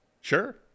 Sure